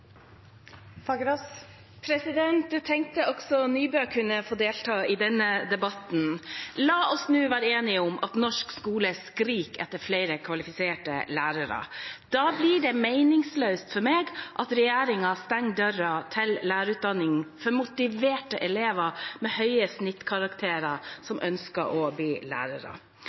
tenkte at også statsråd Nybø kunne få delta i denne debatten. La oss nå være enige om at norsk skole skriker etter flere kvalifiserte lærere. Da blir det meningsløst for meg at regjeringen stenger døra til lærerutdanning for motiverte elever med høye snittkarakterer som ønsker å bli lærere.